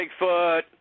Bigfoot